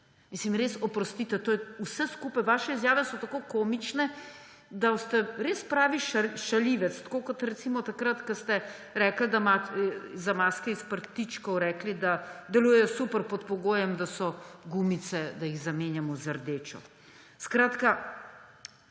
Mislim, res oprostite, to je vse skupaj, vaše izjave so tako komične, da ste res pravi šaljivec. Recimo, tako kot takrat, ko ste za maske iz prtičkov rekli, da delujejo super pod pogojem, da gumice zamenjamo z rdečo. Skratka,